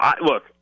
Look